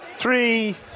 Three